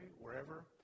wherever